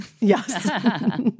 Yes